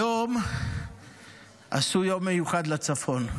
היום עשו יום מיוחד לצפון,